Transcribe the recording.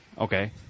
Okay